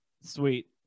Sweet